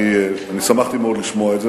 אני שמחתי מאוד לשמוע את זה,